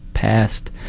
past